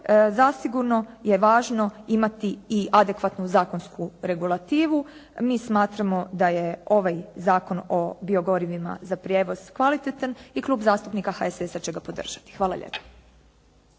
zasigurno je važno imati i adekvatnu zakonsku regulativu. Mi smatramo da je ovaj Zakon o biogorivima za prijevoz kvalitetan i Klub zastupnika HSS-a će ga podržati. Hvala lijepa.